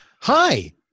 Hi